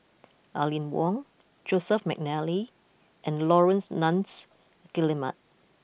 Aline Wong Joseph McNally and Laurence Nunns Guillemard